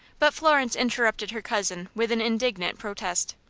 but florence interrupted her cousin with an indignant protest.